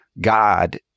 God